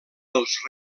dels